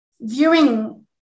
viewing